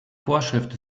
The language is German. vorschrift